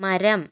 മരം